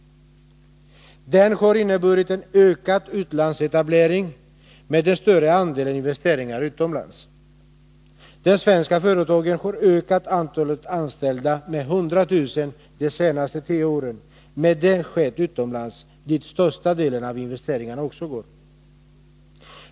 Den har inneburit en ökad utlandsetablering med den större andelen av investeringar utomlands. De svenska företagen har ökat antalet anställda med 100 000 under de senaste tio åren, men det har skett utomlands, dit största delen av investeringarna också har gått.